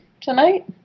tonight